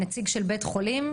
החולים.